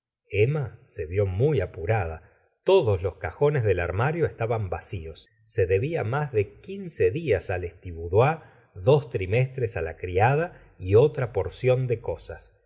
emma se vió muy apurada todos los cajones del armario estaban vados se debía más de quince dias á lestiboudois dos trimestres á la criada y otra porción de cosas